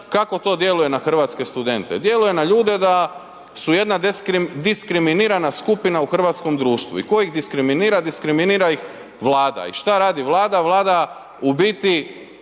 kako to djeluje na hrvatske studente? Djeluje na ljude da su jedna diskriminirana skupina u hrvatskom društvu i ko ih diskriminira, diskriminira ih Vlada i šta radi Vlada, Vlada u biti